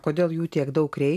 kodėl jų tiek daug reik